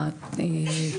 גאים יותר במקום